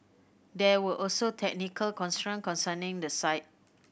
there were also technical constraint concerning the site